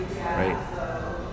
Right